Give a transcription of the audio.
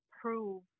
prove